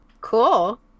cool